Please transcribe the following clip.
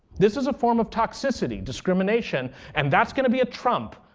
this is a form of toxicity discrimination and that's going to be a trump.